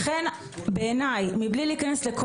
לכן בעיניי זה לא